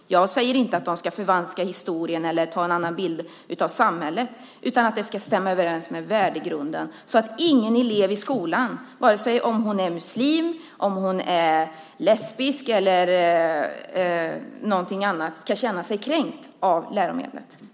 Jag säger inte att de ska förvanska historien eller ge en annan bild av samhället utan att innehållet ska stämma överens med värdegrunden, så att ingen elev i skolan, vare sig hon är muslim, lesbisk eller någonting annat, ska känna sig kränkt av läromedlen.